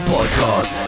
Podcast